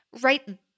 right